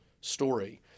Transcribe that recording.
story